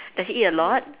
does he eat a lot